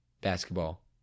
basketball